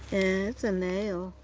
it's a nail.